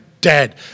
dead